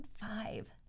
five